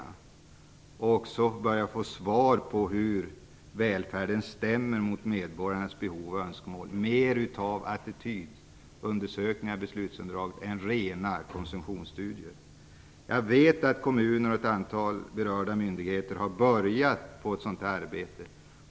Då kan vi få svar på frågan om hur välfärden stämmer med medborgarnas behov och önskemål. Det skall vara mer attitydundersökningar i beslutsunderlaget än rena konsumtionsstudier. Jag vet att kommuner och ett antal berörda myndigheter har börjat med ett sådant här arbete.